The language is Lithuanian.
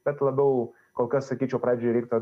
bet labiau kol kas sakyčiau pradžiai reiktų